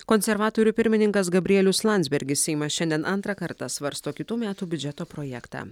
konservatorių pirmininkas gabrielius landsbergis seimas šiandien antrą kartą svarsto kitų metų biudžeto projektą